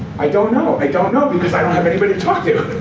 i don't know. i don't know because i don't have anybody to talk to.